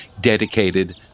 dedicated